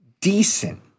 decent